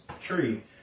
tree